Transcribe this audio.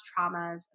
traumas